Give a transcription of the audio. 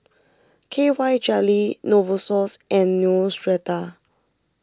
K Y Jelly Novosource and Neostrata